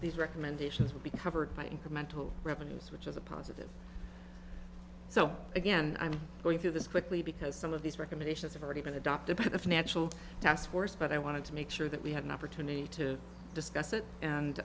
these recommendations will be covered by incremental revenues which is a positive so again i'm going through this quickly because some of these recommendations have already been adopted by the financial taskforce but i wanted to make sure that we had an opportunity to discuss it and